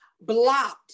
blocked